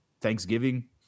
Thanksgiving